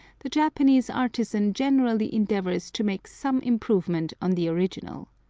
the japanese artisan generally endeavors to make some improvement on the original.